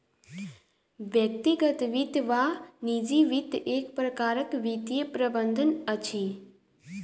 व्यक्तिगत वित्त वा निजी वित्त एक प्रकारक वित्तीय प्रबंधन अछि